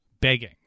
begging